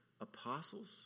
apostles